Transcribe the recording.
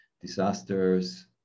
disasters